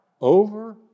over